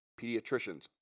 Pediatricians